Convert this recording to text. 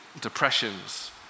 depressions